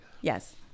Yes